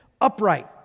upright